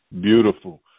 Beautiful